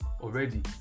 already